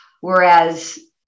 Whereas